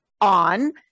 on